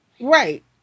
Right